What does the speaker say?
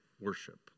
worship